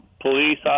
police